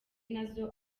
nazo